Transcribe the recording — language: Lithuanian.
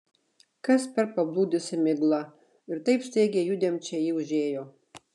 kas per pablūdusi migla ir taip staigiai judviem čia ji užėjo